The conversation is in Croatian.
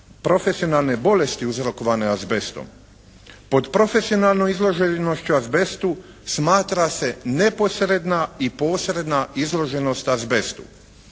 profesionalne bolesti uzrokovane azbestom. Pod profesionalnom izloženošću azbestu smatra se neposredna i posredna izloženost azbestu,